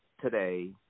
today